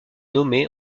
nommée